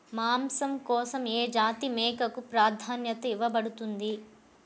మాంసం కోసం ఏ జాతి మేకకు ప్రాధాన్యత ఇవ్వబడుతుంది?